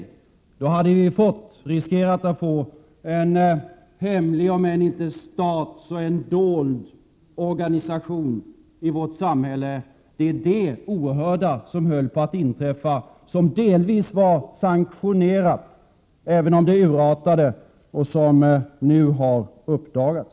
Med en sådan grupp hade vi riskerat att få om än inte en hemlig 103 stat så ändå en dold organisation i vårt samhälle. Det är det oerhörda som höll på att inträffa och som delvis var sanktionerat, även om det urartade och senare blev uppdagat.